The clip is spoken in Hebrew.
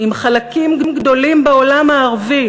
עם חלקים גדולים בעולם הערבי